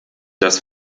das